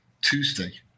Tuesday